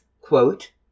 quote